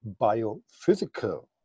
biophysical